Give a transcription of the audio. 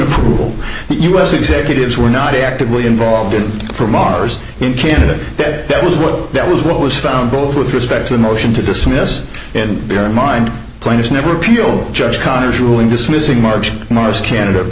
approval that u s executives were not actively involved in from mars in canada that that was what that was what was found both with respect to the motion to dismiss and bear in mind players never appealed judge connors ruling dismissing march morris canada